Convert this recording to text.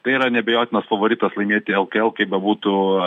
tai yra neabejotinas favoritas laimėti lkl kaip bebūtų